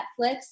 Netflix